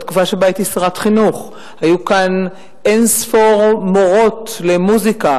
בתקופה שהייתי שרת החינוך היו כאן אין-ספור מורות למוזיקה